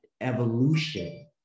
evolution